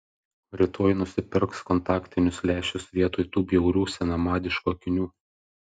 rytoj nusipirks kontaktinius lęšius vietoj tų bjaurių senamadiškų akinių